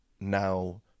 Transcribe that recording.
now